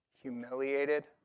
humiliated